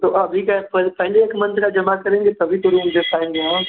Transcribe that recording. तो अभी का पहले एक मंथ का जमा करेंगे तभी तो रूम दे पाएंगे हम